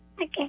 Okay